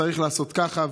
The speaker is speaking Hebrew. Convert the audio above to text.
צריך לעשות ככה,